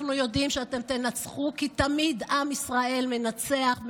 אנחנו יודעים שאתם תנצחו כי תמיד עם ישראל מנצח,